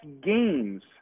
games